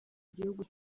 gihugu